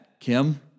kim